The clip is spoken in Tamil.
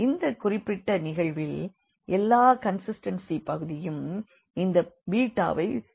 இந்த குறிப்பிட்ட நிகழ்வில் எல்லா கண்சிஸ்டன்சி பகுதியும் இந்த பீட்டாவை சார்ந்து இருக்கும்